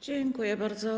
Dziękuję bardzo.